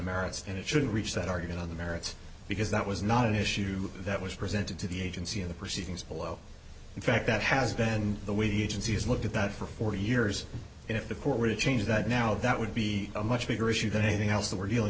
merits and it should reach that argument on the merits because that was not an issue that was presented to the agency in the proceedings below in fact that has been the way the agencies looked at that for forty years and if the court were to change that now that would be a much bigger issue than anything else that we're dealing